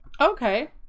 okay